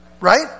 right